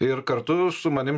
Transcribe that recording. ir kartu su manim